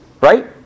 Right